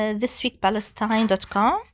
thisweekpalestine.com